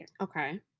Okay